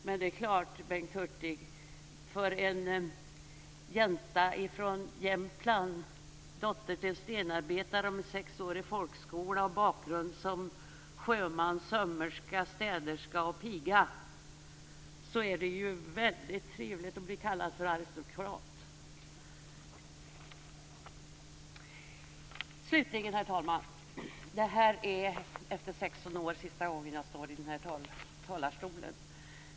Men för en jänta från Jämtland, dotter till en stenarbetare, med sexårig folkskola och bakgrund som sjöman, sömmerska, städerska och piga är det ju väldigt trevligt att bli kallad aristokrat, Bengt Hurtig. Slutligen, herr talman, detta är sista gången jag står i kammarens talarstol, efter 16 år här i riksdagen.